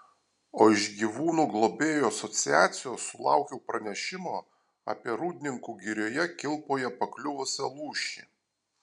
o iš gyvūnų globėjų asociacijos sulaukiau pranešimo apie rūdninkų girioje kilpoje pakliuvusią lūšį